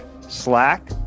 Slack